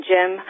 Jim